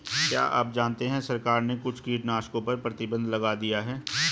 क्या आप जानते है सरकार ने कुछ कीटनाशकों पर प्रतिबंध लगा दिया है?